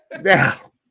now